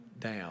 down